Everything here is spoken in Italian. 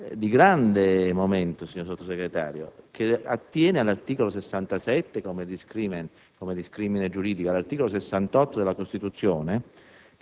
di grande momento, signor Sottosegretario, che attiene, come discrimine giuridico, all'articolo 68 della Costituzione.